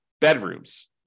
bedrooms